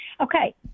Okay